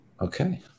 Okay